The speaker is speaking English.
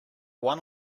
one